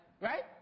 Right